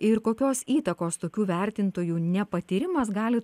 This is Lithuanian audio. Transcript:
ir kokios įtakos tokių vertintojų nepatyrimas gali